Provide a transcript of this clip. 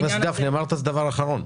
חבר הכנסת גפני, אמרת שזה דבר אחרון.